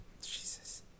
Jesus